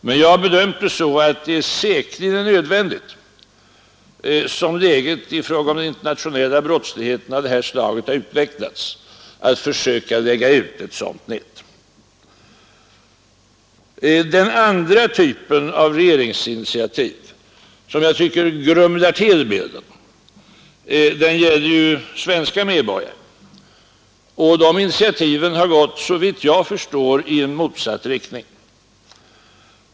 Men jag har bedömt det så att det säkerligen är nödvändigt, som läget i fråga om den internationella brottsligheten av det här slaget har utvecklats, att försöka lägga ut ett sådant nät. Den andra typen av regeringsinitiativ, som jag tycker grumlar till bilden, gäller svenska medborgare. De initiativen har gått, såvitt jag förstår, i en motsatt riktning.